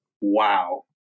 Wow